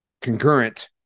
concurrent